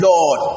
Lord